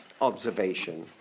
observation